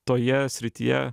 toje srityje